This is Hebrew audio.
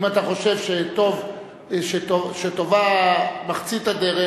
אם אתה חושב שטובה מחצית הדרך,